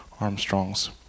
Armstrongs